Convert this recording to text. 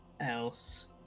else